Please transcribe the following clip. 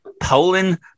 Poland